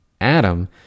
Adam